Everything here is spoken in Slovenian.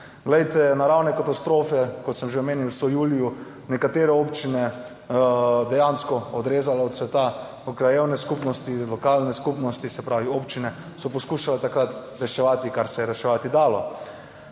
Glejte, naravne katastrofe, kot sem že omenil, so v juliju nekatere občine dejansko odrezale od sveta, krajevne skupnosti, lokalne skupnosti, se pravi, občine so poskušale takrat reševati kar se je reševati dalo.